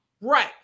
Right